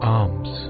arms